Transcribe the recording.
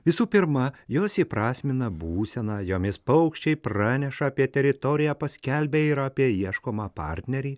visų pirma jos įprasmina būseną jomis paukščiai praneša apie teritoriją paskelbia ir apie ieškomą partnerį